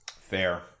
Fair